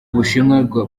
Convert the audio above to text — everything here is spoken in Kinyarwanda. bushinwa